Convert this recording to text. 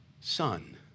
son